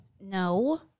No